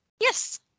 Yes